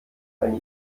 eine